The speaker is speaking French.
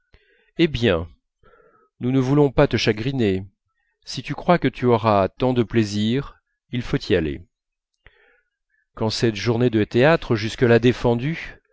eh bien nous ne voulons pas te chagriner si tu crois que tu auras tant de plaisir il faut y aller quand cette journée de théâtre jusque-là défendue